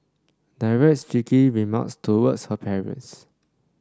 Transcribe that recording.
directs cheeky remarks towards her parents